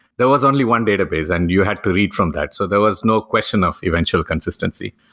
there was only one database and you had to read from that. so there was no question of eventual consistency.